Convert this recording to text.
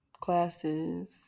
classes